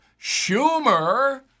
Schumer